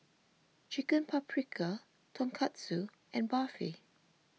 Chicken Paprikas Tonkatsu and Barfi